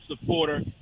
supporter